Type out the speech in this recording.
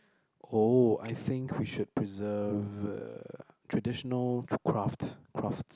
oh I think we should preserve uh traditional crafts crafts